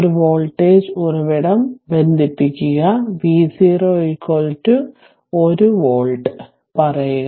ഒരു വോൾട്ടേജ് ഉറവിടം ബന്ധിപ്പിക്കുക V0 1 വോൾട്ട് പറയുക